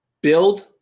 build